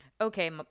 Okay